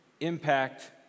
impact